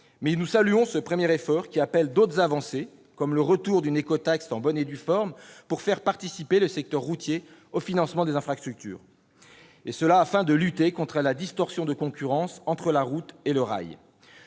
mais nous saluons ce premier effort, qui appelle d'autres avancées, comme le retour d'une écotaxe en bonne et due forme. Il s'agit de faire participer le secteur routier aux financements des infrastructures afin de lutter contre la distorsion de concurrence entre la route et le rail.